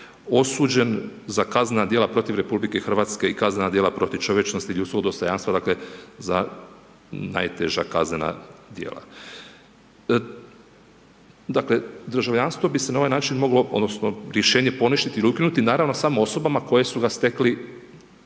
osuđen za kaznena djela protiv RH i kaznena djela protiv čovječnosti i ljudskog dostojanstva dakle za najteža kaznena djela. Dakle državljanstvo bi se na ovaj način moglo, odnosno rješenje poništiti ili ukinuti, naravno samo osobama koje su ga stekli